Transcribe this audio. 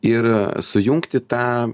ir sujungti tą